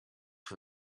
for